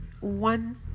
one